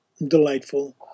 Delightful